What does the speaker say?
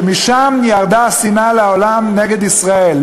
שמשם ירדה שנאה לעולם נגד ישראל.